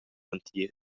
entir